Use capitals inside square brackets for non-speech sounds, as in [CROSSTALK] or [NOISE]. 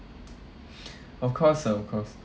[BREATH] of course of course